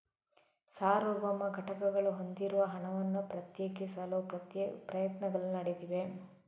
ಸಾರ್ವಭೌಮ ಘಟಕಗಳು ಹೊಂದಿರುವ ಹಣವನ್ನು ಪ್ರತ್ಯೇಕಿಸಲು ಪ್ರಯತ್ನಗಳು ನಡೆದಿವೆ